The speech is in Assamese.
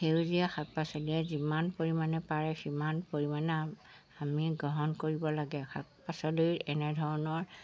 সেউজীয়া শাক পাচলিয়ে যিমান পৰিমাণে পাৰে সিমান পৰিমাণে আমি গ্ৰহণ কৰিব লাগে শাক পাচলিৰ এনেধৰণৰ